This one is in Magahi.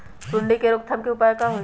सूंडी के रोक थाम के उपाय का होई?